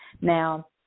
Now